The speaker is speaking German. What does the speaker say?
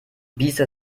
biester